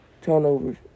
turnovers